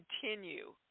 continue